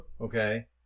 okay